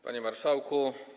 Panie Marszałku!